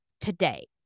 today